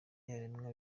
yaremwa